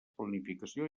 planificació